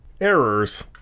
Errors